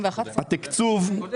1,300. מאיפה זה מגיע?